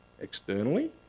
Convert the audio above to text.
externally